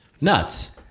nuts